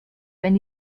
wenn